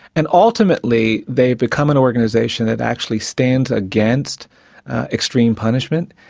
and ultimately they've become an organisation that actually stands against extreme punishment.